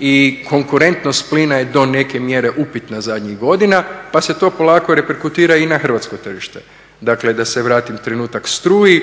i konkurentnost plina je do neke mjere upitna zadnjih godina pa se to polaka reperkutira i na hrvatsko tržište. Dakle da se vratim trenutak struji,